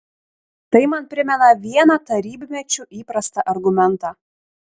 tai man primena vieną tarybmečiu įprastą argumentą